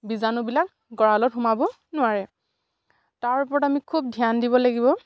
বীজাণুবিলাক গঁৰালত সোমাব নোৱাৰে তাৰ ওপৰত আমি খুব ধ্যান দিব লাগিব